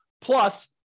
plus